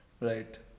Right